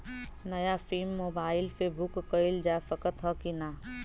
नया SIM mobile से book कइलजा सकत ह कि ना?